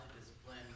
discipline